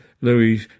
Louis